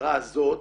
למטרה הזאת